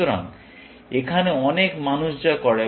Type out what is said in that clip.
সুতরাং এখানে অনেক মানুষ যা করে